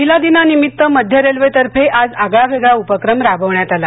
महिला दिनानिमित्त मध्य रेल्वे तर्फे आज आगळा वेगळा उपक्रम् राबवण्यात आला